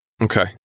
Okay